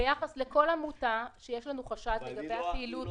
ביחס לכל עמותה שיש לנו חשד לגבי הפעילות